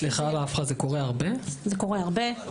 סליחה על ההפרעה, זה קורה הרבה?